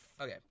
Okay